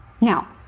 Now